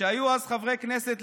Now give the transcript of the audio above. שהיו אז חברי כנסת,